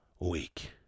week